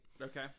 Okay